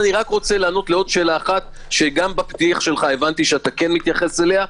אני רוצה לענות לשאלה שהבנתי גם בפתיח שלך שאתה מתייחס עליה.